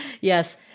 Yes